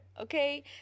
Okay